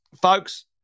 folks